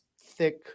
thick